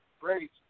Great